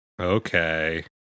okay